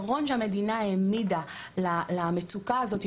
שהמדינה העמידה למצוקה הזו,